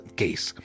case